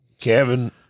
kevin